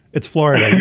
it's florida.